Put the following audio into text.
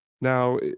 Now